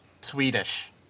swedish